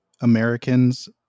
Americans